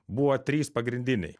buvo trys pagrindiniai